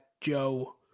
Joe